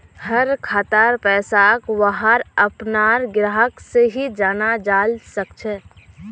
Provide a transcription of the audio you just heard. हर खातार पैसाक वहार अपनार ग्राहक से ही जाना जाल सकछे